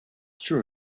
true